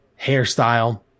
hairstyle